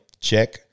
Check